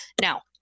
Now